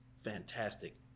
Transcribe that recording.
fantastic